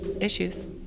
issues